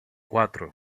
cuatro